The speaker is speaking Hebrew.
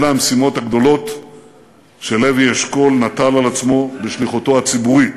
אלה המשימות הגדולות שלוי אשכול נטל על עצמו בשליחותו הציבורית.